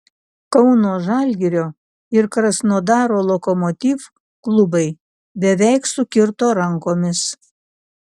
kauno žalgirio ir krasnodaro lokomotiv klubai beveik sukirto rankomis